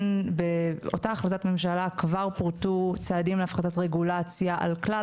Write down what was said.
באותה החלטת ממשלה כבר פורטו צעדים להפחתת רגולציה על כלל